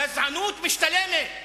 גזענות משתלמת לאחרונה,